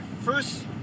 first